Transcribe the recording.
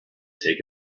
take